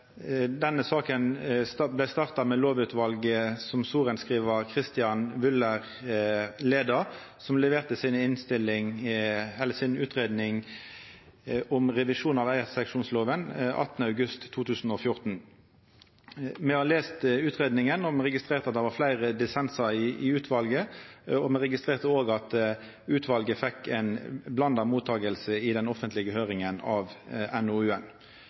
denne saka vart starta med lovutvalet som sorenskrivar Christian Fr. Wyller leidde, og som leverte si utgreiing om revisjon av eigarseksjonslova den 18. august 2014. Me har lese utgreiinga og har registrert at det er fleire dissensar i utvalet. Me registrerte òg at utvalet fekk ei blanda mottaking i den offentlege høyringa av